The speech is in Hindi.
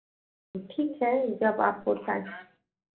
तो ठीक है जब आपको टाइम